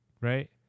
right